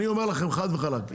אני אומר לכם חד וחלק,